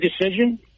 decision